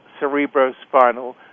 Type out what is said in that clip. cerebrospinal